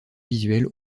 visuelle